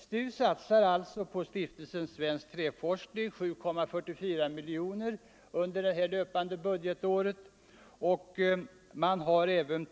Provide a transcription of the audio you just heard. STU:s satsning på Stiftelsen svensk träforskning belöpte sig under budgetåret till 7,44 miljoner kronor.